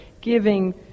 giving